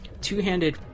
two-handed